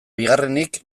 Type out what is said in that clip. bigarrenik